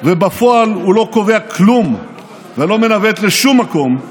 ובפועל הוא לא קובע כלום ולא מנווט לשום מקום,